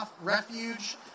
refuge